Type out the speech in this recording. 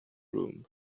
room